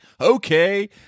okay